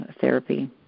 therapy